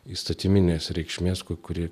įstatyminės reikšmės ku kuri